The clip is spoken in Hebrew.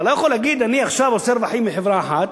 אתה לא יכול להגיד: אני עכשיו עושה רווחים מחברה אחת,